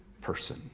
person